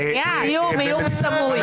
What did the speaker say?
איום סמוי.